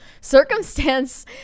circumstance